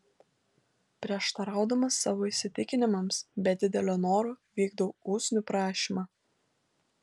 prieštaraudamas savo įsitikinimams be didelio noro vykdau usnių prašymą